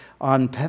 on